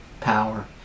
power